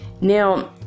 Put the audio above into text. Now